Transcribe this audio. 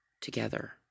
together